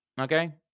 Okay